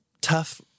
tough